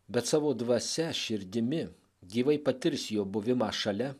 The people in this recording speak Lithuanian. bet savo dvasia širdimi gyvai patirs jo buvimą šalia